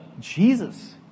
Jesus